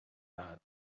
that